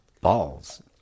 balls